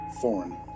Foreign